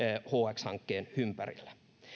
hx hankkeen ympärillä